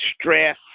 stress